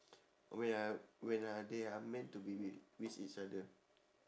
wait ah wait ah they are meant to be with with each other